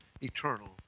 eternal